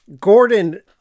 gordon